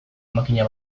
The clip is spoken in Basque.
makina